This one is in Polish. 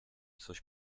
coś